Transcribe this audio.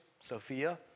Sophia